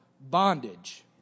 bondage